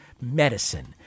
medicine